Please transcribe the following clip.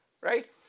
right